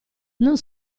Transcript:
non